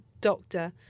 doctor